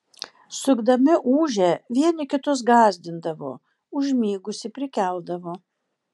sukdami ūžę vieni kitus gąsdindavo užmigusį prikeldavo